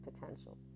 potential